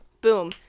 Boom